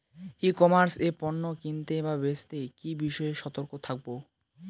ই commerce এ পণ্য কিনতে বা বেচতে কি বিষয়ে সতর্ক থাকব?